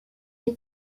you